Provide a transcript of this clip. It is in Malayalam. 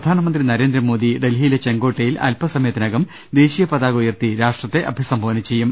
പ്രധാനമന്ത്രി നരേന്ദ്രമോദി ഡൽഹിയിലെ ചെങ്കോട്ടയിൽ അല്പസമയത്തിനകം ദേശീയ പതാക ഉയർത്തി രാഷ്ട്രത്തെ അഭിസംബോധന ചെയ്യും